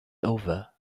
over